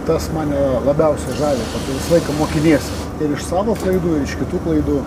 tas mane jo labiausiai žavi tu visą laiką mokinys ir iš savo klaidų ir iš kitų klaidų